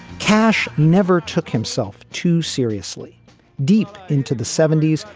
cash never took himself too seriously deep into the seventy s.